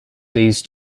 these